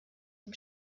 dem